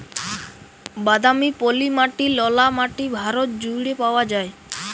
বাদামি, পলি মাটি, ললা মাটি ভারত জুইড়ে পাউয়া যায়